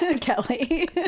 kelly